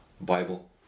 Bible